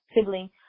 sibling